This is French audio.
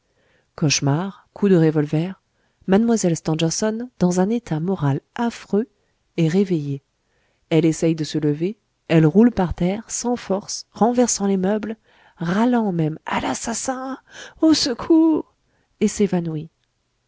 cauchemar coup de revolver mlle stangerson dans un état moral affreux est réveillée elle essaye de se lever elle roule par terre sans force renversant les meubles râlant même à l'assassin au secours et s'évanouit